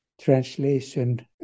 translation